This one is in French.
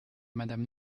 madame